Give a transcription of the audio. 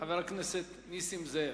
חבר הכנסת נסים זאב.